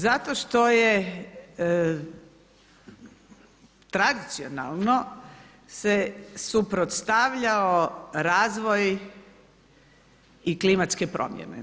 Zato što je tradicionalno se suprotstavljao razvoj i klimatske promjene.